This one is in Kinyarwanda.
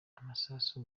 amasasu